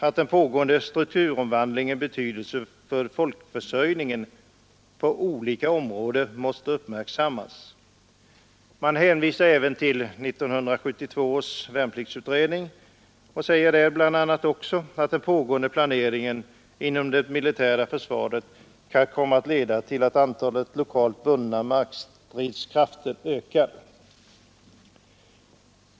att den pågående strukturomvandlingens betydelse för folkförsörjningen på olika områden måste uppmärksammas. Vidare hänvisar utskottet till 1972 års värnpliktsutredning och påpekar att den pågående planeringen inom det militära försvaret kan komma att leda till att antalet lokalt bundna markstridsförband ökar.